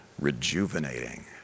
rejuvenating